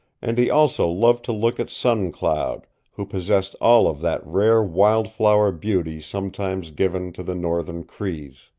and he also loved to look at sun cloud, who possessed all of that rare wildflower beauty sometimes given to the northern crees.